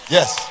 Yes